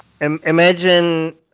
imagine